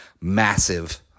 massive